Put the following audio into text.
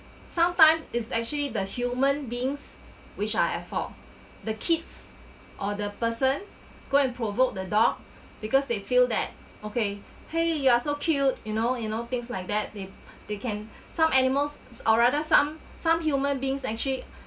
sometimes it's actually the human beings which are at fault the kids or the person go and provoked the dog because they feel that okay !hey! you are so cute you know you know things like that they they can some animals or rather some some human beings actually